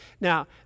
Now